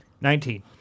Nineteen